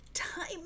time